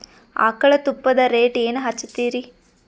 ಆಕಳ ತುಪ್ಪದ ರೇಟ್ ಏನ ಹಚ್ಚತೀರಿ?